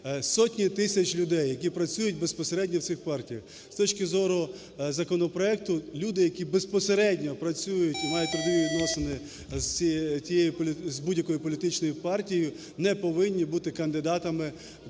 сотні тисяч людей, які працюють безпосередньо в цих партіях. З точки зору законопроекту, люди, які безпосередньо працюють і мають трудові відносини з будь-якою політичною партією, не повинні бути кандидатами